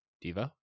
Diva